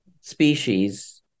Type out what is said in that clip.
species